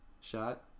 shot